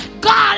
God